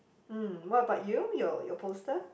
mm what about you your your poster